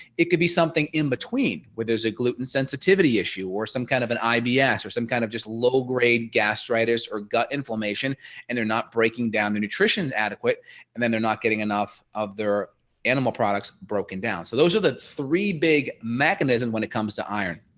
it could be something in between where there's a gluten sensitivity issue, or some kind of an ibs yeah or some kind of just low grade gastritis or gut inflammation and they're not breaking down the nutrition is adequate and then they're not getting enough of their animal products broken down. so those are the three big mechanism when it comes to iron.